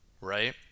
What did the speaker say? right